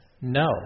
No